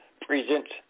presents